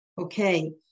Okay